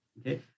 okay